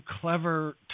clever